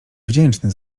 wdzięczny